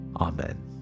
amen